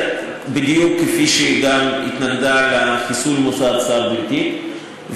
בדיוק כפי שהיא גם התנגדה לחיסול המוסד שר בלי תיק,